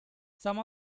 some